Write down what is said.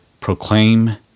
proclaim